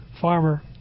farmer